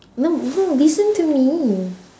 no no listen to me